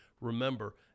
Remember